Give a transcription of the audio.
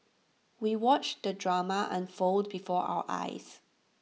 we watched the drama unfold before our eyes